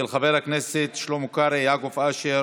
של חברי הכנסת שלמה קרעי, יעקב אשר